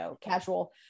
casual